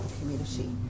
community